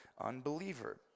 unbeliever